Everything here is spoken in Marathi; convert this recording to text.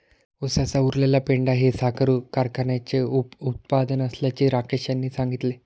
उसाचा उरलेला पेंढा हे साखर कारखान्याचे उपउत्पादन असल्याचे राकेश यांनी सांगितले